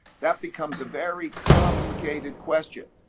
that becomes a very complicated question.